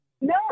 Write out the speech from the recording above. No